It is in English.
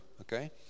okay